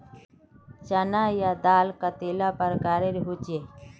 चना या दाल कतेला प्रकारेर होचे?